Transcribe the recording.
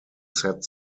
set